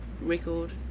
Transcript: record